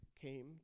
came